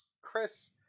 chris